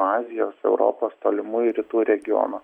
azijos europos tolimųjų rytų regiono